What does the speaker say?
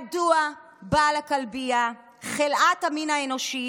מדוע בעל הכלבייה, חלאת המין האנושי,